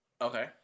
Okay